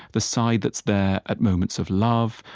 the side that's there at moments of love,